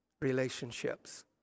relationships